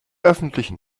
öffentlichen